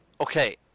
okay